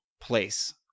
place